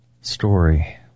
story